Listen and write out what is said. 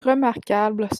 remarquables